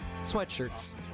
sweatshirts